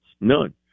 None